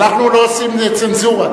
אנחנו לא עושים צנזורה.